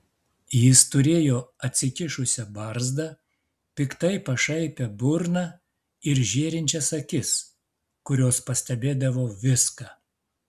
jis turėjo atsikišusią barzdą piktai pašaipią burną ir žėrinčias akis kurios pastebėdavo viską